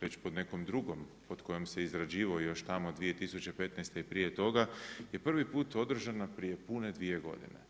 već pod nekom drugom, pod kojim se izrađivao još tamo 2015. i prije toga, je prvi put održana prije pune dvije godine.